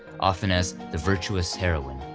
often as the virtuous heroine.